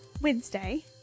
Wednesday